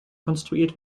konstruiert